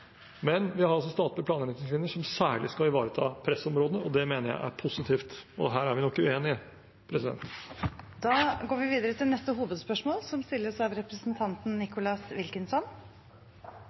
men vi har statlige planretningslinjer som særlig skal ivareta pressområdene, og det mener jeg er positivt. Her er vi nok uenige. Vi går videre til neste hovedspørsmål.